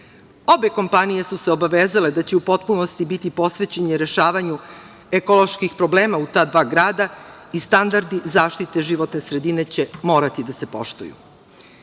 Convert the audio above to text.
Obe kompanije su se obavezale da će u potpunosti biti posvećene rešavanju ekoloških problema u ta dva grada i standardi zaštite životne sredine će morati da se poštuju.